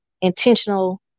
intentional